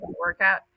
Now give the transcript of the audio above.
workout